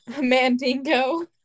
mandingo